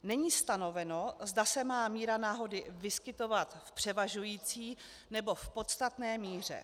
Není stanoveno, zda se má míra náhody vyskytovat v převažující nebo v podstatné míře.